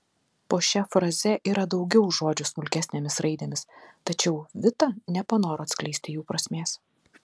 po šia fraze yra daugiau žodžių smulkesnėmis raidėmis tačiau vita nepanoro atskleisti jų prasmės